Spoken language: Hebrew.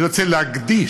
אני רוצה להקדיש,